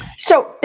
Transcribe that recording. so,